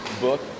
book